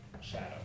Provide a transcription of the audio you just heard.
Shadow